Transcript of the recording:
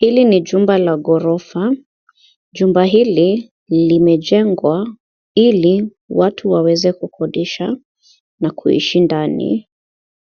Hili ni jumba la ghorofa, jumba hili limejengwa hili watu waweze kukodisha na kuishi ndani.